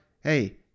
hey